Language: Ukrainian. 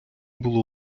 було